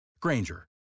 Granger